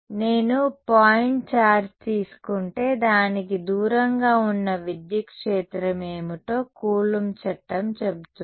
నేను point charge తీసుకుంటే దానికి దూరంగా ఉన్న విద్యుత్ క్షేత్రం ఏమిటో కూలంబ్ చట్టం చెబుతుంది